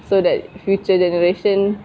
so that future generation